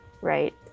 right